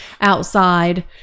outside